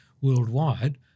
worldwide